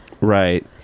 right